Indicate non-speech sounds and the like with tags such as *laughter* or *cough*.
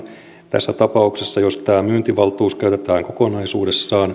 tässä tapauksessa eli jos tämä myyntivaltuus käytetään kokonaisuudessaan *unintelligible*